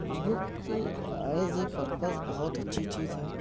E book is a purpose بہت اچھی چیز ہے